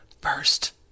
first